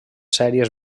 sèries